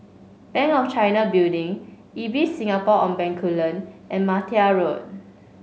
Bank of China Building Ibis Singapore on Bencoolen and Martia Road